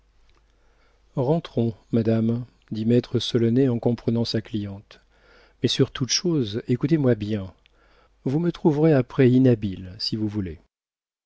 rentrons madame dit maître solonet en comprenant sa cliente mais sur toute chose écoutez-moi bien vous me trouverez après inhabile si vous voulez